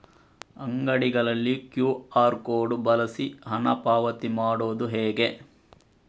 ಅಂಗಡಿಗಳಲ್ಲಿ QR code ಬಳಸಿ ಹಣ ಪಾವತಿ ಮಾಡೋದು ಹೇಗೆ?